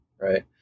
right